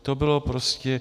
To bylo prostě...